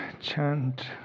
chant